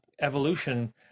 evolution